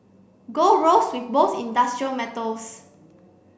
gold rose with most industrial metals